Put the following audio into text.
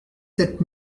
sept